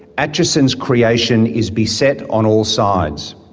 acheson's creation is beset on all sides.